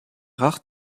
rares